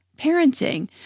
parenting